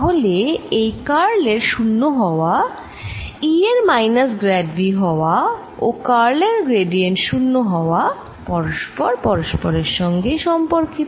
তাহলে এই কার্লের 0 হওয়া E এর মাইনাস গ্র্যাড V হওয়া ও কার্লের গ্র্যাডিয়েন্ট 0 হওয়া পরস্পর পরস্পরের সঙ্গে সম্পর্কিত